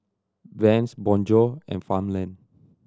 Vans Bonjour and Farmland